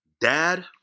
dad